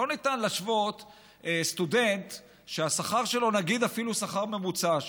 לא ניתן להשוות סטודנט שהשכר שלו נגיד אפילו שכר ממוצע,